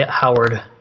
Howard